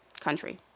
country